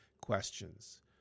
questions